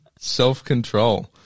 self-control